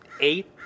eight